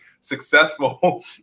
successful